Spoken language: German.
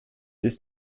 ist